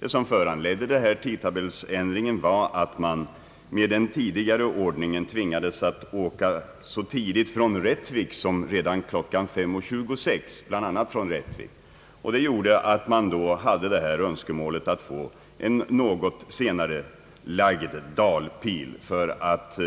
Vad som föranledde den här tidtabellsändringen var attman med den tidigare ordningen tvingades att resa så tidigt från Rättvik som redan kl. 5.26. Detta gjorde att man då hade önskemålet att få en något senare lagd dagtid för att